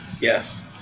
Yes